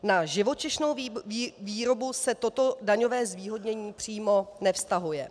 Na živočišnou výrobu se toto daňové zvýhodnění přímo nevztahuje.